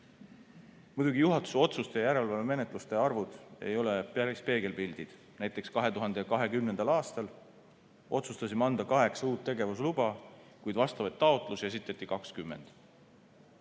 Muidugi, juhatuse otsuste ja järelevalvemenetluste arvud ei ole päris peegelpildid. Näiteks, 2020. aastal otsustasime anda kaheksa uut tegevusluba, kuid vastavaid taotlusi esitati 20.